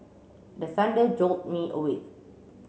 the thunder jolt me awake